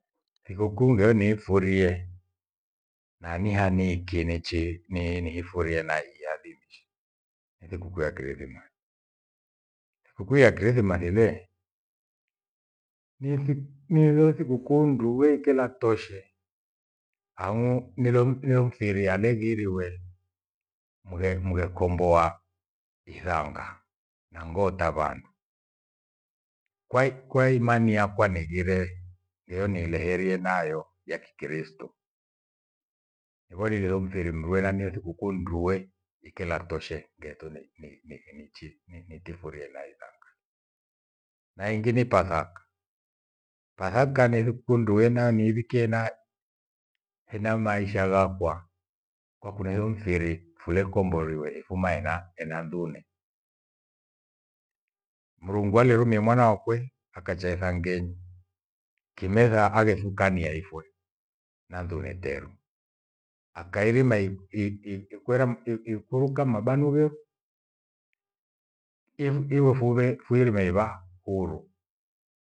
Sikukuu ngheyo niifurie, nanihaniiki nichi- ni- nifurie naiadhimisha ni sikukuu ya Krisimasi. Sikukuu ya krisimasi lee ni iile thikukuu nduwe kela toshe ang'u nilo mfirí aleghiriwe mghe- mghekomboa ithanga na ngoo ta vyandu. Kwai- kwaimani yakwa nighire niyonileherie nayo ya kikristo. Wolililo mfiri mndue sikukuu nduwe ikela toshe getoni ni- ni- nithi nichi nitifurie na ithanga. Na ingi ni pasaka, pasaka ni thikukuu ndue naniivіkіe na hena maisha ghakwa kwakunio mfiri furekomberiwe ifuma ena- enandune. Mrungu alerumia mwana wakwe akacha isangení kimetha aghesukania ifwe na dhune temu. Akairima ikwera i- i- ikuuka mabanu vefu i- ifubei fuirime iva uhuru